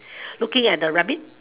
looking at the rabbit